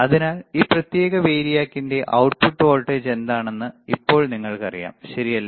അതിനാൽ ഈ പ്രത്യേക വേരിയക്കിന്റെ output വോൾട്ടേജ് എന്താണെന്ന് ഇപ്പോൾ നിങ്ങൾക്കറിയാം ശരിയല്ലേ